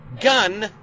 gun